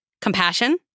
compassion